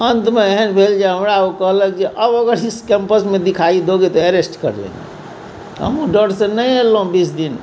अन्तमे एहन भेल जे हमरा ओ कहलक जे अब अगर इस कैम्पसमे दिखाई दोगे तो अरेस्ट कर लेंगे हमहुँ डरसँ नहि अयलहुँ बीस दिन